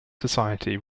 society